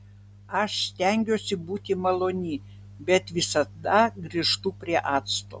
aš stengiuosi būti maloni bet visada grįžtu prie acto